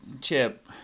Chip-